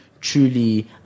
truly